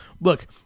Look